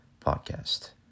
podcast